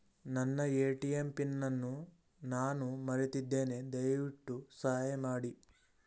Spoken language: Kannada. ನನ್ನ ಎ.ಟಿ.ಎಂ ಪಿನ್ ಅನ್ನು ನಾನು ಮರೆತಿದ್ದೇನೆ, ದಯವಿಟ್ಟು ಸಹಾಯ ಮಾಡಿ